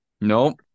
Nope